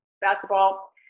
basketball